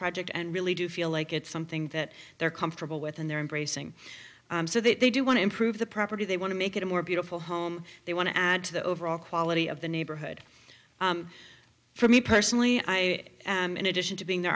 project and really do feel like it's something that they're comfortable with and they're embracing so that they do want to improve the property they want to make it a more beautiful home they want to add to the overall quality of the neighborhood for me personally i am in addition to being the